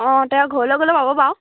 অঁ তেওঁক ঘৰলৈ গ'লেও পাব বাৰু